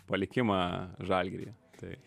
palikimą žalgiryje tai